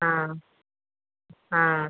ஆ ஆ